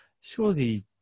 surely